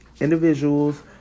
Individuals